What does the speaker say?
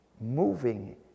moving